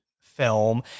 film